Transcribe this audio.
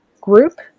group